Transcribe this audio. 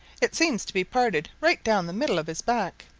it seems to be parted right down the middle of his back.